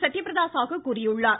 சத்ய பிரதா சாகு கூறியுள்ளார்